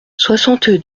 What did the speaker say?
soixante